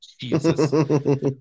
Jesus